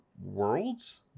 worlds